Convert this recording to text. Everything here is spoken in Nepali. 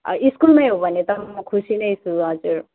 स्कुलमै हो भने त म खुसी नै छु हजुर